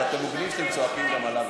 אבל אתם הוגנים שאתם צועקים גם עליו,